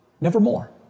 Nevermore